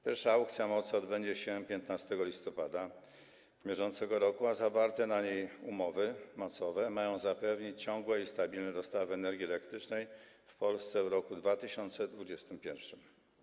Pierwsza aukcja mocy odbędzie się 15 listopada br., a zawarte na niej umowy mocowe mają zapewnić ciągłe i stabilne dostawy energii elektrycznej w Polsce w roku 2021.